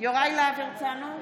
יוראי להב הרצנו,